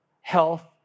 health